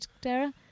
Dara